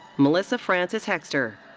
melissa frances hexter.